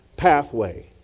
pathway